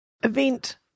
event